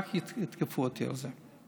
רק יתקפו אותי על זה.